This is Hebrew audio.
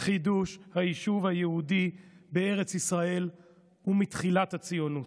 חידוש היישוב היהודי בארץ ישראל ומתחילת הציונות.